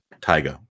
tiger